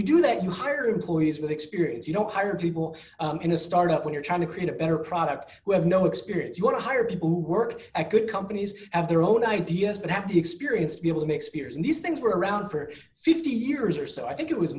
you do that you hire employees with experience you don't hire people in a startup when you're trying to create a better product you have no experience you want to hire people who work at good companies have their own ideas but happy experience to be able to make spears and these things were around for fifty years or so i think it was